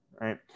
right